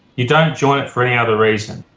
you don't join it for any other reason.